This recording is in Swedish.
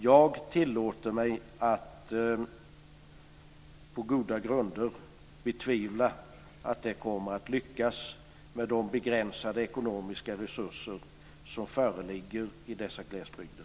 Jag tillåter mig att, på goda grunder, betvivla att det kommer att lyckas med de begränsade ekonomiska resurser som föreligger i dessa glesbygder.